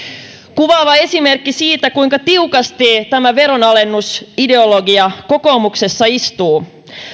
kuvaava esimerkki siitä kuinka tiukasti tämä veronalennusideologia kokoomuksessa istuu